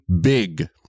big